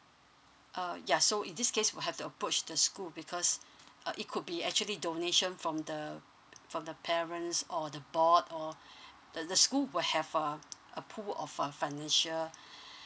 uh ya so in this case will have to approach the school because uh it could be actually donation from the from the parents or the board or the the school will have uh a pool of uh financial